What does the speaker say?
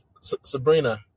Sabrina